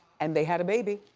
and they had a baby.